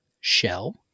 Shell